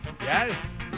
Yes